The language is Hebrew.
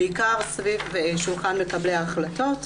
בעיקר סביב שולחן מקבלי ההחלטות,